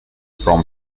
from